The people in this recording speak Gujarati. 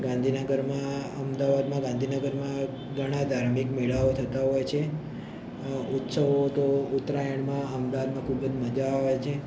ગાંધીનગરમાં અમદાવાદમાં ગાંધીનગરમાં ઘણા ધાર્મિક મેળાઓ થતા હોય છે ઉત્સવો તો ઉત્તરાયણમાં અમદાવાદમાં ખૂબ જ મજા આવે છે